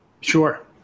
Sure